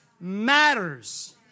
matters